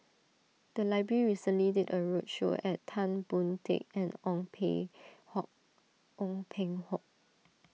the library recently did a roadshow and Tan Boon Teik and Ong Peng Hock Ong Peng Hock